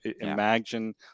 imagine